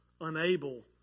Unable